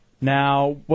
Now